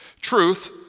Truth